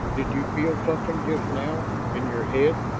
did you feel something just now in your head?